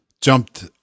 jumped